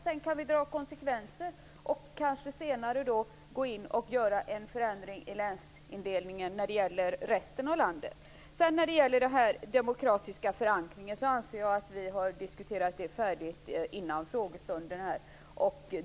Sedan kan vi se konsekvenserna och kanske gå in och göra en förändring i länsindelningen senare för resten av landet. Jag anser att vi diskuterade den demokratiska förankringen färdigt före frågestunden.